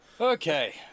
Okay